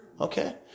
Okay